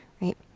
right